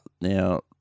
Now